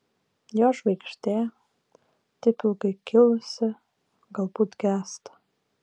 jo žvaigždė taip ilgai kilusi galbūt gęsta